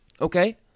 Okay